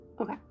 okay